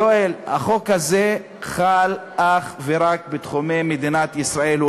יואל, החוק הזה חל אך ורק בתחומי מדינת ישראל.